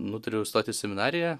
nutariau stot į seminariją